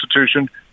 institution